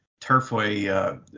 turfway